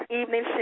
evening